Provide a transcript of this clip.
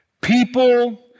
People